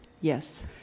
Yes